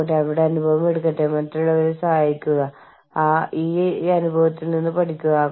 പക്ഷേ ഇവിടെ വീണ്ടും മെക്സിക്കോ അതിനെ ലാ മൊർഡിഡ എന്ന് വിളിക്കുന്നു